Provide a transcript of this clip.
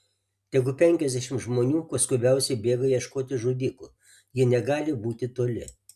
tegu penkiasdešimt žmonių kuo skubiausiai bėga ieškoti žudikų jie negali būti toli